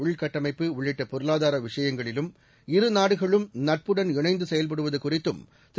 உள்கட்டமைப்பு உள்ளிட்ட பொருளாதார விஷயங்களிலும் இருநாடுகளும் நட்புடன் இணைந்து செயல்படுவது குறித்தும் திரு